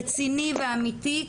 רציני ואמיתי,